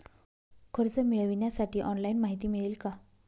कर्ज मिळविण्यासाठी ऑनलाइन माहिती मिळेल का?